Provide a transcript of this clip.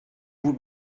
vous